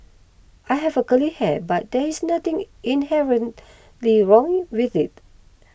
I have a curly hair but there is nothing inherently wrong with it